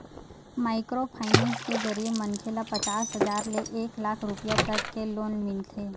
micro finance के जरिए मनखे ल पचास हजार ले एक लाख रूपिया तक के लोन मिलथे